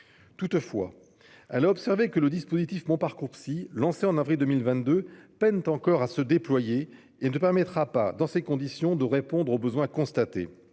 Toutefois, elle a observé que le dispositif MonParcoursPsy, lancé en avril 2022, peine encore à se déployer et ne permettra pas, dans ces conditions, de répondre aux besoins constatés.